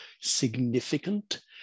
significant